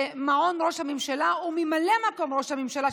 שמעון ראש הממשלה וממלא מקום ראש הממשלה,